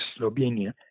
Slovenia